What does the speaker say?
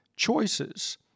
choices